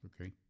Okay